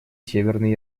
северной